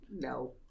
No